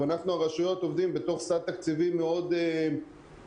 אנחנו ברשויות עובדים בתוך סד תקציבי מאוד נוקשה.